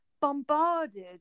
bombarded